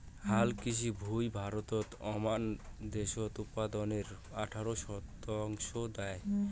হালকৃষি ভুঁই ভারতত আমান দ্যাশজ উৎপাদনের আঠারো শতাংশ দ্যায়